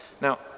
Now